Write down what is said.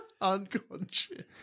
Unconscious